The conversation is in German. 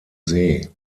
see